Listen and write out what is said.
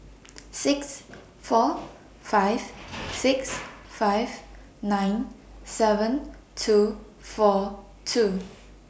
six four five six five nine seven two four two